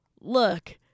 look